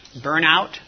burnout